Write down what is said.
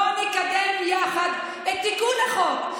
בוא נקדם יחד את תיקון החוק,